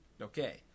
okay